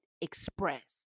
Express